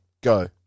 Go